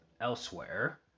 Elsewhere